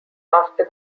after